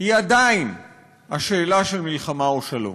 היא עדיין השאלה של מלחמה או שלום.